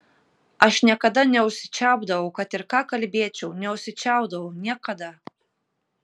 aš niekada neužsičiaupdavau kad ir ką kalbėčiau neužsičiaupdavau niekada